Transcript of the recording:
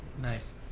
Nice